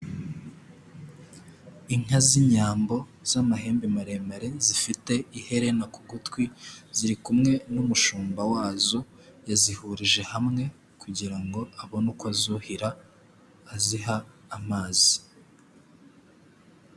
Inka z'inyambo z'amahembe maremare zifite iherena ku gutwi, ziri kumwe n'umushumba wazo yazihurije hamwe kugira ngo abone uko azuhira aziha amazi.